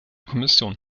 kommission